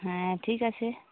ᱦᱮᱸ ᱴᱷᱤᱠ ᱟᱪᱷᱮ